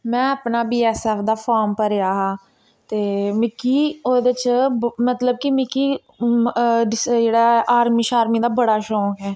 में अपना बी एस एफ दा फार्म भरेआ हा ते मिकी ओह्दे च मतलब कि मिकी जेह्ड़ा आर्मी शार्मी दा बड़ा शौक ऐ